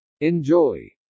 Enjoy